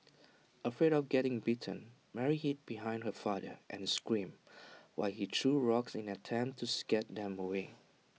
afraid of getting bitten Mary hid behind her father and screamed while he threw rocks in an attempt to scare them away